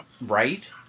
Right